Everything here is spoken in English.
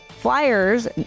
flyers